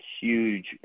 huge